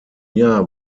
jahr